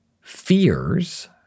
fears